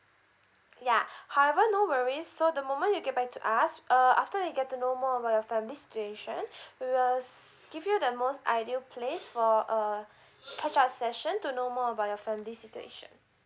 yeah however no worries so the moment you get back to us uh after you get to know more about your family situation we will give you the most ideal place for uh catch up session to know more about your family situation